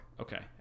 Okay